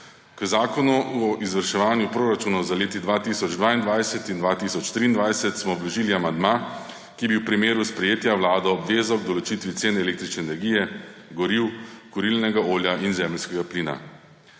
K zakonu o izvrševanju proračunov za leti 2022 in 2023 smo vložili amandma, ki bi v primeru sprejetja vlado obvezal k določitvi cen električne energije, goriv, kurilnega olja in zemeljskega plina.